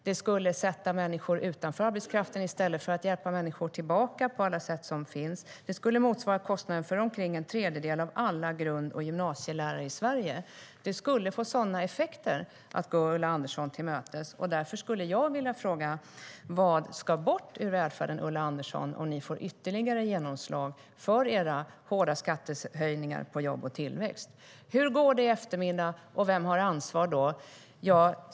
Det skulle sätta människor utanför arbetskraften i stället för att hjälpa människor tillbaka på alla sätt som finns. Det skulle motsvara kostnaden för omkring en tredjedel av alla grund och gymnasielärare i Sverige. Det skulle få sådana effekter att gå Ulla Andersson till mötes. Därför vill jag fråga: Vad ska bort ur välfärden, Ulla Andersson, om ni får ytterligare genomslag för era hårda skattehöjningar på jobb och tillväxt? Hur går det i eftermiddag, och vem har ansvar då?